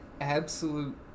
absolute